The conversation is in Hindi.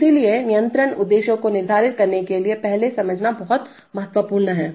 इसलिए नियंत्रण उद्देश्यों को निर्धारित करने से पहले समझना बहुत महत्वपूर्ण है